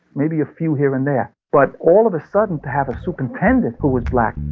maybe a few here and there. but all of a sudden, to have a superintendent who was black,